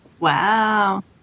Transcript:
Wow